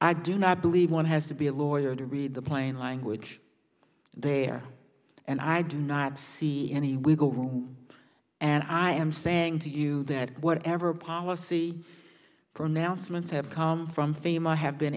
i do not believe one has to be a lawyer to read the plain language there and i do not see any wiggle room and i am saying to you that whatever policy pronouncements have come from famous have been